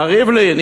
מר ריבלין,